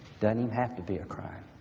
doesn't have to be a crime.